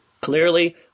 Clearly